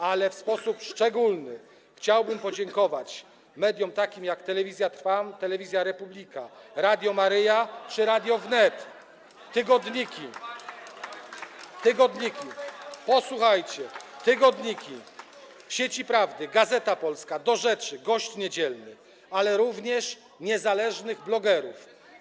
Ale w sposób szczególny chciałbym podziękować mediom takim, jak: Telewizja Trwam, Telewizja Republika, Radio Maryja czy Radio Wnet, tygodniki, [[Wesołość na sali, oklaski]] posłuchajcie: „Sieci Prawdy”, „Gazeta Polska”, „Do Rzeczy”, „Gość Niedzielny”, ale również niezależnym blogerom.